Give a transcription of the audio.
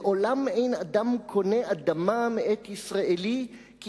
לעולם אין אדם קונה אדמה מאת ישראלי כי